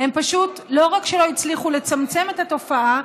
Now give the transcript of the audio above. לא רק שלא הצליחו לצמצם את התופעה,